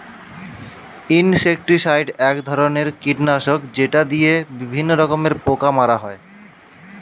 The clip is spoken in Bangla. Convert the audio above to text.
ইনসেক্টিসাইড এক ধরনের কীটনাশক যেটা দিয়ে বিভিন্ন রকমের পোকা মারা হয়